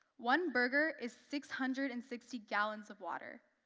one burger is six hundred and sixty gallons of water.